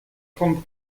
trente